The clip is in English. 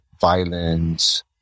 violence